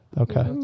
Okay